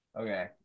Okay